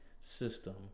system